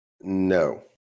No